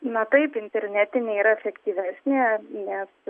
na taip internetinė yra efektyvesnė nes